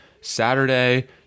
Saturday